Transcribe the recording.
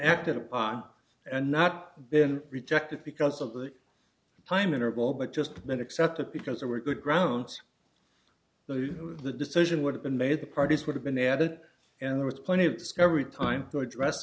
acted upon and not been rejected because of the time interval but just been accepted because there were good grounds the the decision would have been made the parties would have been added and there was plenty of discovery time to address